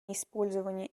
использование